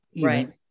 right